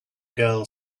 girl